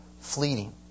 fleeting